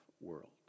World